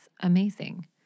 amazing